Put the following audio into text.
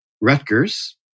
Rutgers